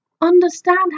understand